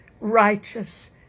righteous